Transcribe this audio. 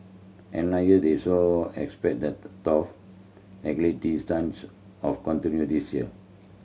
they saw expect the tough stance of continue this year